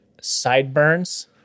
sideburns